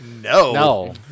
No